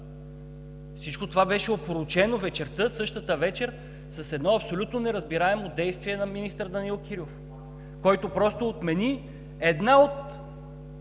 Всичко това беше опорочено вечерта, същата вечер, с едно абсолютно неразбираемо действие на министър Данаил Кирилов, който просто отмени един от